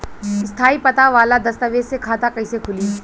स्थायी पता वाला दस्तावेज़ से खाता कैसे खुली?